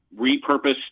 repurposed